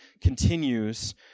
continues